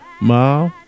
Ma